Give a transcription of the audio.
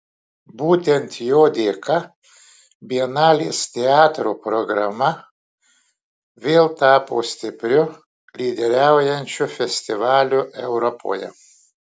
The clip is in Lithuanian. būtent jo dėka bienalės teatro programa vėl tapo stipriu lyderiaujančiu festivaliu europoje